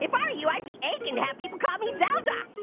if i were you, i'd be aching to have people call me zelda.